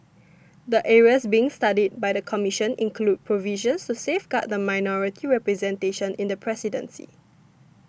the areas being studied by the Commission include provisions to safeguard minority representation in the presidency